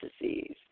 disease